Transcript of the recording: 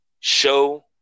Show